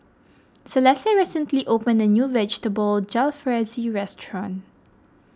Celestia recently opened a new Vegetable Jalfrezi restaurant